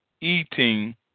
eating